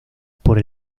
por